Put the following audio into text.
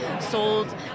sold